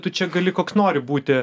tu čia gali koks nori būti